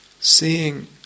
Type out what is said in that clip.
Seeing